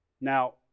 Now